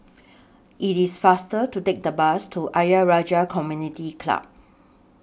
IT IS faster to Take The Bus to Ayer Rajah Community Club